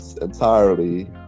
entirely